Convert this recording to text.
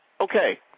Okay